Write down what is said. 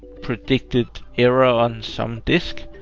predicted error on some disk,